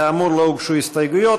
כאמור, לא הוגשו הסתייגויות.